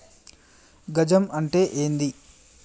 గజం అంటే ఏంది?